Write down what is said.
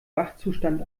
wachzustand